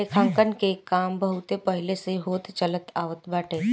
लेखांकन के काम बहुते पहिले से होत चलत आवत बाटे